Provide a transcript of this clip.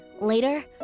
later